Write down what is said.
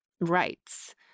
rights